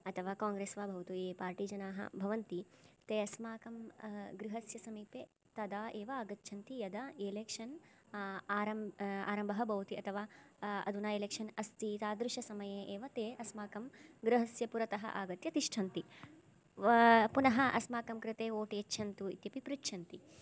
अथवा काङ्ग्रेस् वा भवतु ये पार्टी जनाः भवन्ति ते अस्माकं गृहस्य समीपे तदा एव आगच्छन्ति यदा एलेक्शन् आरम्भः भवति अथवा अधुना एलेक्शन् अस्ति तादृशसमये एव ते अस्माकं गृहस्य पुरतः आगत्य तिष्ठन्ति पुनः अस्माकङ्कृते वोट् यच्छन्तु इत्यपि पृच्छन्ति